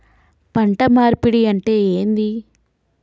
పంట మార్పిడి అంటే ఏంది?